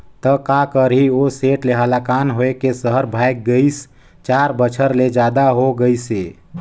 त का करही ओ सेठ ले हलाकान होए के सहर भागय गइस, चार बछर ले जादा हो गइसे